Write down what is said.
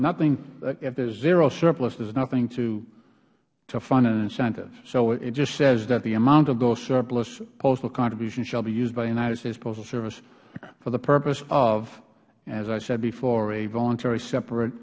surplus if there is zero surplus there is nothing to fund an incentive so it just says that the amount of those surplus postal contributions shall be used by the united states postal service for the purpose of as i said before a voluntary separat